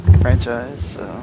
franchise